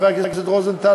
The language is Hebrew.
חבר הכנסת רוזנטל?